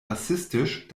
rassistisch